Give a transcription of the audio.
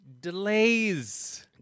Delays